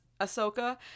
Ahsoka